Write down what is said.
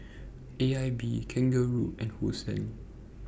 A I B Kangaroo and Hosen